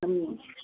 हॅं